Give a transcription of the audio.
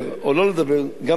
גם ברוסית,